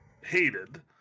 hated